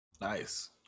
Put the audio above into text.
Nice